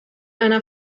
einer